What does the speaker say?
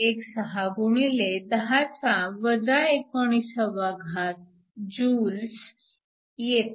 16 x 10 19 joules येते